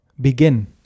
Begin